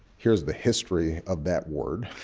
here's the history of that word.